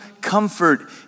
comfort